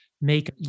make